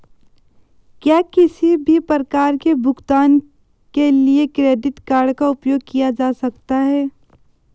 क्या किसी भी प्रकार के भुगतान के लिए क्रेडिट कार्ड का उपयोग किया जा सकता है?